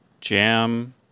jam